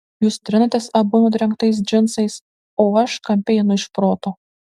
jūs trinatės abu nudrengtais džinsais o aš kampe einu iš proto